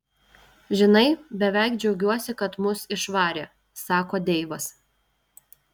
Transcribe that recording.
žinai beveik džiaugiuosi kad mus išvarė sako deivas